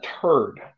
turd